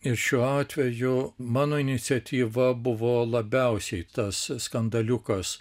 ir šiuo atveju mano iniciatyva buvo labiausiai tas skandaliukas